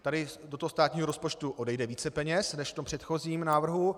Tady do toho státního rozpočtu odejde více peněz než v tom předchozím návrhu.